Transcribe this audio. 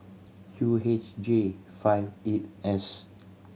Q H J five eight S